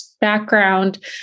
background